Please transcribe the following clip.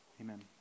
Amen